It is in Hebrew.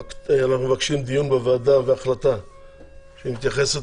אנחנו מבקשים דיון בוועדה והחלטה שמתייחסת